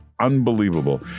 unbelievable